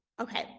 okay